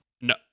No